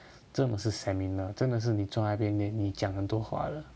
真的是 seminar 真的是你做那边你你讲很多话的